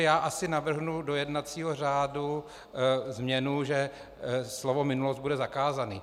Já asi navrhnu do jednacího řádu změnu, že slovo minulost bude zakázané.